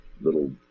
little